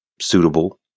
suitable